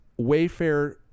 Wayfair